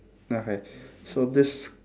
okay so this